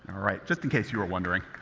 alright. just in case you were wondering.